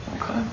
Okay